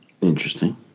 Interesting